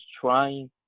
trying